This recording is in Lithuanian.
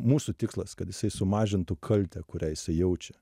mūsų tikslas kad jisai sumažintų kaltę kurią jisai jaučia